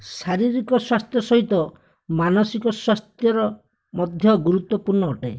ଶାରୀରିକ ସ୍ୱାସ୍ଥ୍ୟ ସହିତ ମାନସିକ ସ୍ୱାସ୍ଥ୍ୟର ମଧ୍ୟ ଗୁରୁତ୍ୱପୂର୍ଣ୍ଣ ଏଟେ